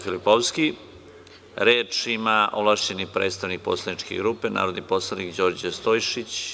Reč ima ovlašćeni predstavnik poslaničke grupe narodni poslanik Đorđe Stojšić.